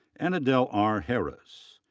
annadele r. harris.